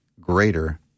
greater